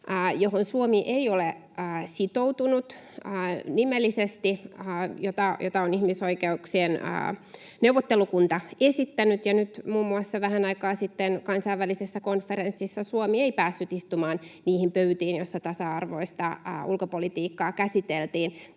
johon Suomi ei ole sitoutunut nimellisesti ja jota on ihmisoikeuksien neuvottelukunta esittänyt, ja nyt muun muassa vähän aikaa sitten kansainvälisessä konferenssissa Suomi ei päässyt istumaan niihin pöytiin, joissa tasa-arvoista ulkopolitiikkaa käsiteltiin.